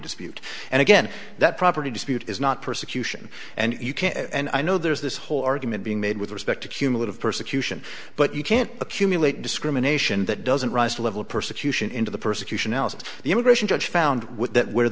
dispute and again that property dispute is not persecution and you can't and i know there's this whole argument being made with respect to cumulative persecution but you can't accumulate discrimination that doesn't rise to a level of persecution into the persecution else of the immigration judge found with that where